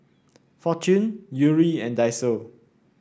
Fortune Yuri and Daiso